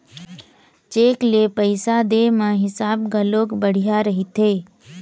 cheque ले पइसा दे म हिसाब घलोक बड़िहा रहिथे